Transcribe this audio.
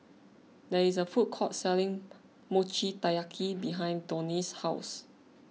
there is a food court selling Mochi Taiyaki behind Donie's house